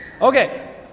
Okay